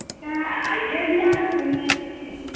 ठीक है आइए बिहार घूमने के लिए